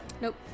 Nope